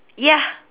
ya